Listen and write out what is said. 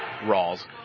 Rawls